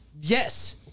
yes